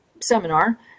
seminar